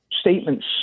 statements